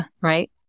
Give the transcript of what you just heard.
Right